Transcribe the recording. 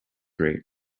rate